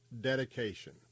Dedication